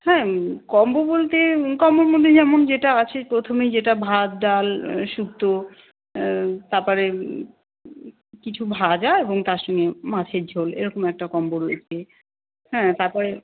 হ্যাঁ কম্বো বলতে কম্বোর মধ্যে যেমন যেটা আছে প্রথমেই যেটা ভাত ডাল শুক্তো তার পরে কিছু ভাজা এবং তার সঙ্গে মাছের ঝোল এরকম একটা কম্বো রয়েছে হ্যাঁ তার পরে